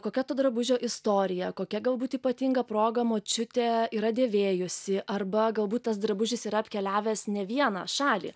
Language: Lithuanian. kokia to drabužio istorija kokia galbūt ypatinga proga močiutė yra dėvėjusi arba galbūt tas drabužis yra apkeliavęs ne vieną šalį